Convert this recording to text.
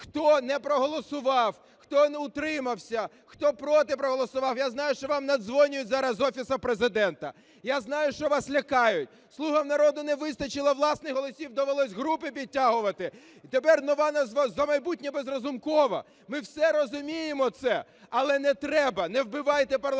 хто не проголосував, хто утримався, хто проти проголосував, я знаю, що вам надзвонюють зараз з Офісу Президента. Я знаю, що вас лякають. "Слуга народу" не вистачило власних голосів, довелося групи підтягувати і тепер нова назва "за майбутнє без Разумкова". Ми все розуміємо це. Але не треба, не вбивайте парламентаризм,